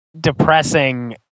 depressing